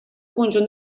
conjunt